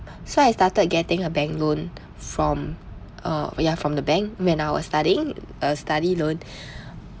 so I started getting a bank loan from uh ya from the bank when I was studying a study loan